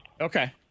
Okay